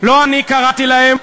לא אני קראתי להם,